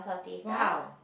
!wow!